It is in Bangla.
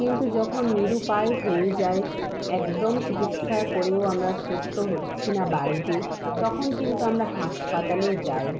কিন্তু যখন নিরুপায় হয়ে যাই একদম চিকিৎসা করেও আমরা সুস্থ হচ্ছি না বাড়িতে তখন কিন্তু আমরা হাসপাতালে যাই